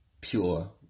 pure